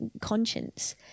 conscience